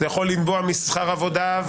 זה יכול לנבוע משכר עבודה,